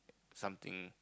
something